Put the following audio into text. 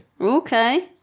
Okay